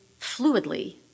fluidly